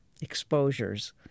exposures